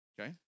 okay